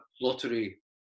lottery